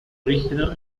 rígido